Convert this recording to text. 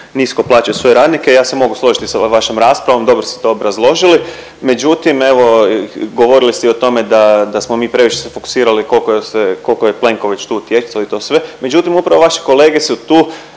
nisko plaćaju svoje radnike, ja se mogu složiti s vašom raspravom, dobro ste to obrazložili, međutim evo govorili ste i o tome da smo mi previše se fokusirali kolko je Plenković tu utjeco i to sve. Međutim, upravo vaše kolege su tu